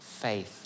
faith